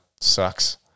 sucks